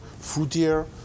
fruitier